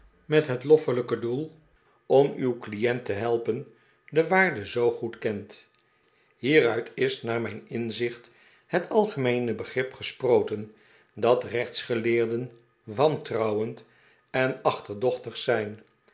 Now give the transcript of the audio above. met het loffelijke doel om uw clienten te helpen de waarde zoo goed kent hieruit is naar mijn inzicht het algemeene begrip gesproten dat reehtsgeleerden wantrouwend en achterdochtig zijn